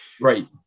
right